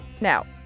Now